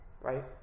right